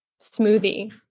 smoothie